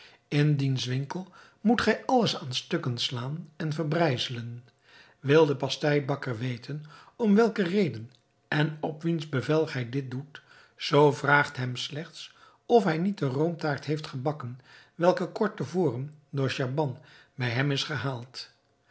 diens winkel moet gij alles aan stukken slaan en verbrijzelen wil de pasteibakker weten om welke reden en op wiens bevel gij dit doet zoo vraagt hem slechts of hij niet de roomtaart heeft gebakken welke kort te voren door schaban bij hem is gehaald